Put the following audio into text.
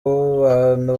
bantu